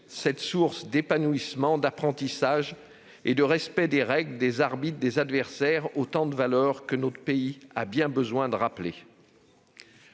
une source d'épanouissement, d'apprentissage et de respect des règles, des arbitres et des adversaires, autant de valeurs que notre pays a bien besoin de rappeler.